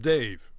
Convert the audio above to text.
Dave